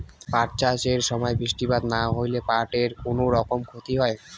পাট চাষ এর সময় বৃষ্টিপাত না হইলে কি পাট এর কুনোরকম ক্ষতি হয়?